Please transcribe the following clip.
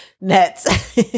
nets